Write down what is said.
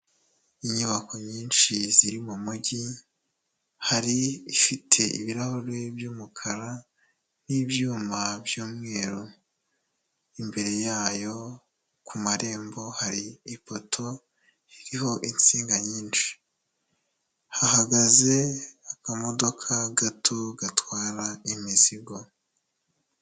Inyubako nyinshi ziri mu mujyi, hari ifite ibirahure by'umukara n'ibyuma by'umweru imbere yayo ku marembo hari ipoto iriho insinga nyinshi. Hahagaze akamodoka gato gatwara imizigo.